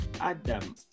Adam